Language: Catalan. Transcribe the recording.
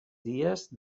dies